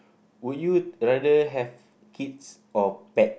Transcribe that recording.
would you rather have kids or pet